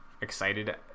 excited